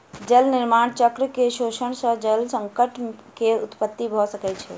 जल निर्माण चक्र के शोषण सॅ जल संकट के उत्पत्ति भ सकै छै